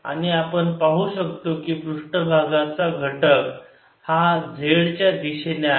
आणि आपण पाहू शकतो की पृष्ठभागाच्या घटक हा z च्या दिशेने आहे